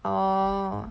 orh